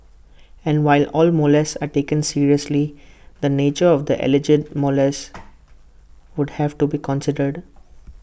and while all molests are taken seriously the nature of the alleged molest would have to be considered